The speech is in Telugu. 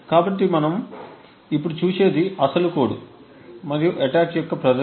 కాబట్టి ఇప్పుడు మనం చూసేది అసలు కోడ్ మరియు అటాక్ యొక్క ప్రదర్శన